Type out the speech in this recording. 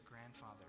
grandfather